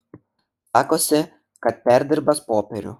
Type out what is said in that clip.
sakosi kad perdirbąs popierių